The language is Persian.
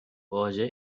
واژه